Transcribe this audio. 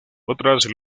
otras